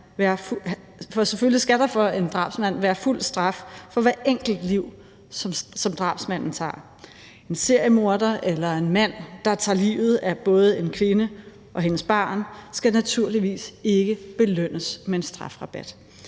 For selvfølgelig skal der for en drabsmand være fuld straf for hvert enkelt liv, som drabsmanden tager. En seriemorder eller en mand, der tager livet af både en kvinde og hendes barn, skal naturligvis ikke belønnes med en strafrabat.